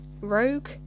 rogue